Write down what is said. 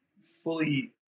fully